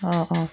অ' অ'